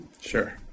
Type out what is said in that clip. Sure